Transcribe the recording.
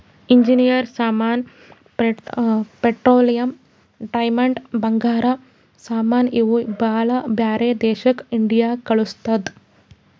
engineer ಸಾಮಾನ್, petroleum, diamond, ಬಂಗಾರ ಸಾಮಾನ್ ಇವು ಎಲ್ಲಾ ಬ್ಯಾರೆ ದೇಶಕ್ ಇಂಡಿಯಾ ಕಳುಸ್ತುದ್